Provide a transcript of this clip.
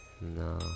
No